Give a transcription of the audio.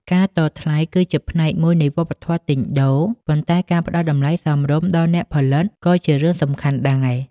ការតថ្លៃគឺជាផ្នែកមួយនៃវប្បធម៌ទិញដូរ ប៉ុន្តែការផ្តល់តម្លៃសមរម្យដល់អ្នកផលិតក៏ជារឿងសំខាន់ដែរ។